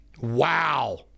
wow